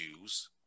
use